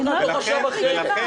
הוא לא יכול להחליט לבד.